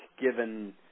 given